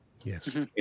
Yes